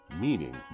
meaning